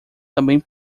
também